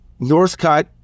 Northcutt